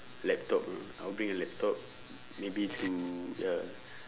laptop you know I will bring a laptop maybe to ya